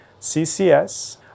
CCS